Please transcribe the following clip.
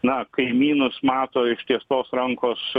na kaimynus mato ištiestos rankos